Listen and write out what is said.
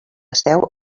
seu